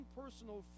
personal